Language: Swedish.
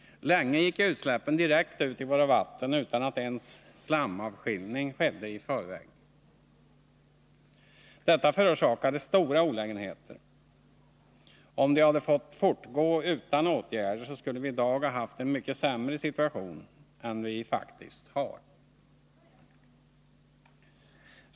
Länge gick utsläppen direkt ut i våra vatten utan att ens slamavskiljning skedde i förväg. Detta förorsakade stora olägenheter, och om det hade fått fortgå utan åtgärder, skulle vi i dag ha haft en mycket sämre situation än vi faktiskt har.